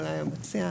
אולי המציע,